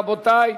רבותי,